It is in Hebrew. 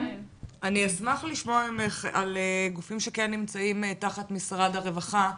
אשמח לשמוע ממך על גופים שכן נמצאים תחת משרד הרווחה,